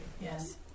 Yes